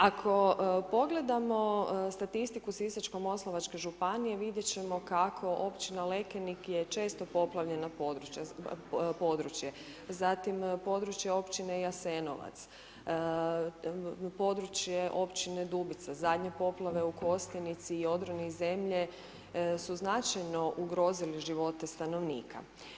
Ako pogledamo statistiku Sisačko-moslavačke županije vidjet ćemo kako općina Lekenik je često poplavljeno područje, zatim područje općine Jasenovac, područje općine Dubica, zadnje poplave u Kostajnici i odroni zemlje su značajno ugrozili živote stanovnika.